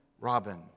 Robin